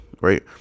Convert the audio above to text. right